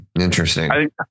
Interesting